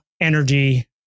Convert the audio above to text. energy